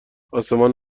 آسمان